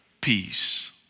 peace